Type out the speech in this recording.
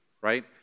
right